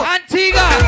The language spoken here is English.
Antigua